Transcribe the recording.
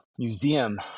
museum